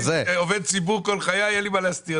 כל חיי אני עובד ציבור ואין לי מה להסתיר.